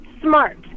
smart